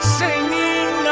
singing